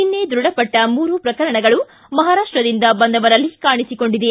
ನಿನ್ನ ದೃಢಪಟ್ಟ ಮೂರು ಪ್ರಕರಣಗಳು ಮಹಾರಾಷ್ಟದಿಂದ ಬಂದವರಲ್ಲಿ ಕಾಣಿಸಿಕೊಂಡಿದೆ